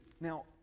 Now